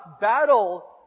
battle